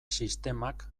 sistemak